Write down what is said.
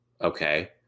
okay